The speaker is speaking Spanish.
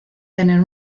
tener